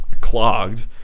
clogged